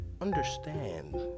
understand